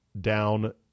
down